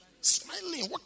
Smiling